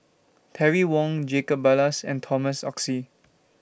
Terry Wong Jacob Ballas and Thomas Oxley